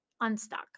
unstuck